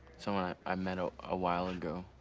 someone i i met a ah while ago,